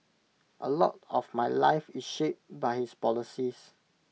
A lot of my life is shaped by his policies